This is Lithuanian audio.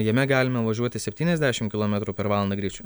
jame galime važiuoti septyniasdešim kilometrų per valandą greičiu